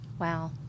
Wow